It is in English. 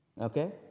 Okay